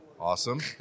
Awesome